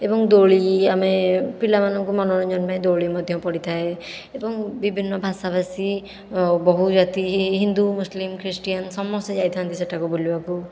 ଏବଂ ଦୋଳି ଆମେ ପିଲାମାନଙ୍କ ମନୋରଞ୍ଜନ ପାଇଁ ଦୋଳି ମଧ୍ୟ ପଡ଼ିଥାଏ ଏବଂ ବିଭିନ୍ନ ଭାଷା ଭାସି ଓ ବହୁ ଜାତି ହିନ୍ଦୁ ମୁସଲିମ ଖ୍ରୀଷ୍ଟିଆନ ସମସ୍ତେ ଯାଇଥାନ୍ତି ସେଠାକୁ ବୁଲିବାକୁ